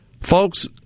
Folks